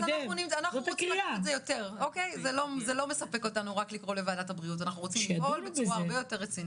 אנחנו רוצים לפעול בצורה הרבה יותר רצינית.